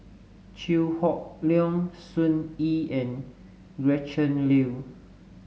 Chew Hock Leong Sun Yee and Gretchen Liu